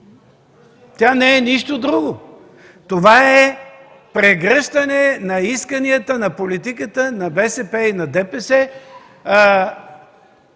Тя не е нищо друго. Това е прегръщане на исканията на политиката на БСП и на ДПС